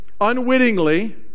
unwittingly